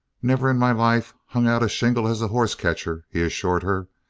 never in my life hung out a shingle as a hoss-catcher, he assured her.